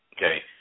Okay